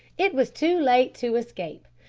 it was too late to escape.